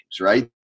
right